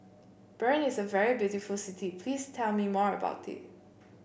Bern is a very beautiful city please tell me more about it